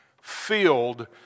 filled